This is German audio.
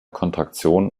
kontraktion